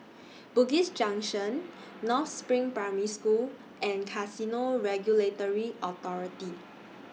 Bugis Junction North SPRING Primary School and Casino Regulatory Authority